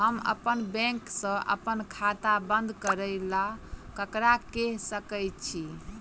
हम अप्पन बैंक सऽ अप्पन खाता बंद करै ला ककरा केह सकाई छी?